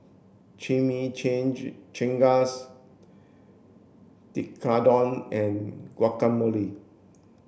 Tekkadon and Guacamole